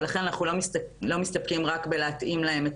ולכן אנחנו לא מסתפקים רק בלהתאים להן את